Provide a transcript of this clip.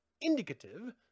indicative